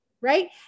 right